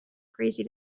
crazy